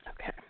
Okay